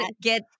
get